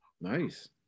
Nice